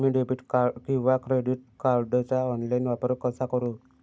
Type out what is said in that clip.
मी debit किंवा credit कार्डचा online वापर कसा करु?